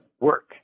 work